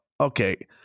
okay